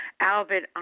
Albert